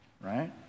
right